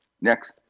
Next